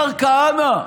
השר כהנא,